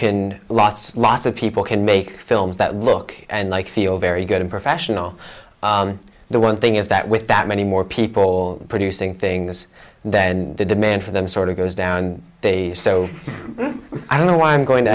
can lots lots of people can make films that look and like feel very good and professional the one thing is that with that many more people producing things then the demand for them sort of goes down and they so i don't know what i'm going to